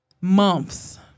months